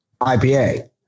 IPA